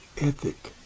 ethic